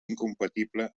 incompatible